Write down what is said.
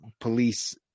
police